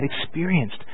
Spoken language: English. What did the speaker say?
experienced